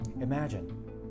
Imagine